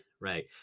Right